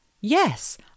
Yes